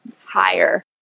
higher